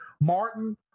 Martin